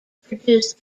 produced